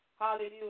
Hallelujah